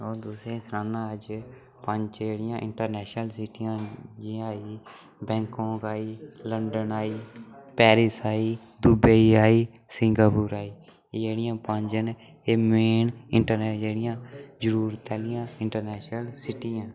अ'ऊं तुसें ई सनाना अज्ज पंज जेह्ड़ियां इंटरनेशनल सिटियां न जि'यां आई बैंकाक आई लंडन आई पेरिस आई दुबई आई सिंगापुर आई एह् जेह्ड़ियां पंज न एह् मेन इंटरनेशनल जेह्ड़ियां जरूरत आह्लियां इंटरनेशनल सिटियां